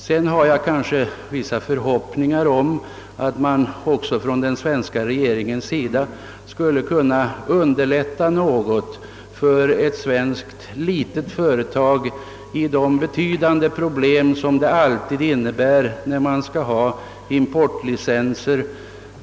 Jag hyser också vissa förhoppningar om att den svenska regeringen något skulle kunna förenkla de betydande problem det alltid innebär för ett litet svenskt företag i ett u-land att skaffa importlicenser.